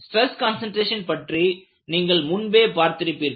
stress concentration பற்றி நீங்கள் முன்பே பார்த்திருப்பீர்கள்